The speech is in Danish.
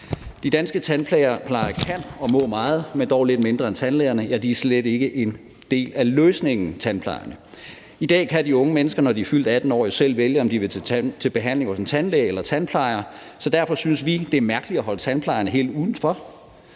De danske tandplejere kan og må meget, men dog lidt mindre end tandlægerne, men tandplejerne er slet ikke en del af løsningen. I dag kan de unge mennesker, når de er fyldt 18 år, selv vælge, om de vil til behandling hos en tandlæge eller en tandplejer. Derfor synes vi, det er mærkeligt at holde tandplejerne helt udenfor.